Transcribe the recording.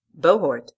Bohort